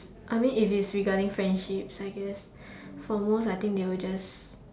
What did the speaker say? I mean if it's regarding friendships I guess for most I think they will just